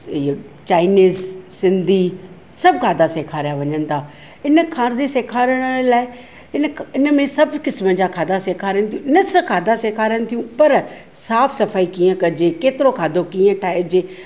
इहो चाइनीज़ सिंधी सभु खाधा सेखारिया वञनि था इन खाधे सेखारण लाइ इन में सभु क़िस्म जा खाधा सेखारनि थियूं न सिर्फ़ु खाधा सेखारनि थियूं पर साफ़ु सफ़ाई कीअं कजे केतिरो खाधो कीअं ठाहिजे